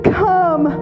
come